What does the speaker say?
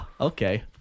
Okay